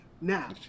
Now